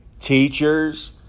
teachers